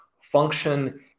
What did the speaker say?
function